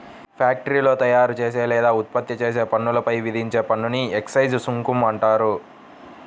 ఫ్యాక్టరీలో తయారుచేసే లేదా ఉత్పత్తి చేసే వస్తువులపై విధించే పన్నుని ఎక్సైజ్ సుంకం అంటారు